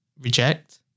reject